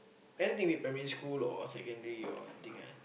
anything primary school or secondary or anything ah